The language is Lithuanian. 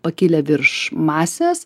pakilę virš masės